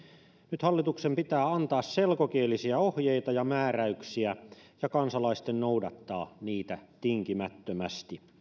nyt hallituksen pitää antaa selkokielisiä ohjeita ja määräyksiä ja kansalaisten noudattaa niitä tinkimättömästi